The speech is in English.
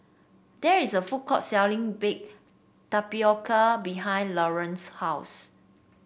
there is a food court selling Baked Tapioca behind Lorrayne's house